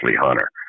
Hunter